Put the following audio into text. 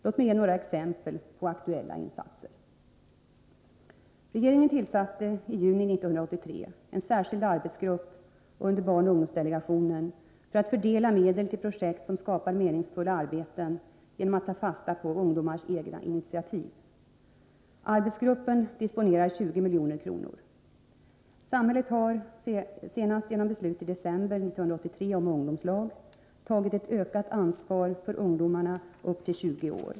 Låt mig ge några exempel på aktuella insatser. Regeringen tillsatte i juni 1983 en särskild arbetsgrupp under barnoch ungdomsdelegationen för att fördela medel till projekt som skapar meningsfulla arbeten genom att ta fasta på ungdomars egna initiativ. Arbetsgruppen disponerar 20 milj.kr. Samhället har, senast genom beslut i december 1983 om ungdomslag, tagit ett ökat ansvar för ungdomarna upp till 20 år.